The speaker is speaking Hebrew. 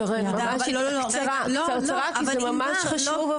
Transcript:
משהו קצר, כי זה ממש חשוב אבל.